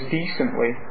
decently